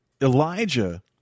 Elijah